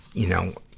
you know,